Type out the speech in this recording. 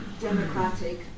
democratic